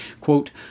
quote